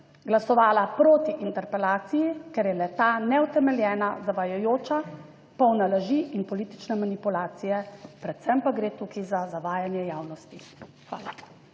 glasovala proti interpelaciji, ker je le ta neutemeljena, zavajajoča, polna laži in politične manipulacije, predvsem pa gre tukaj za zavajanje javnosti. Hvala.